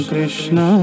Krishna